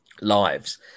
lives